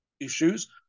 issues